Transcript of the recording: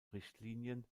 richtlinien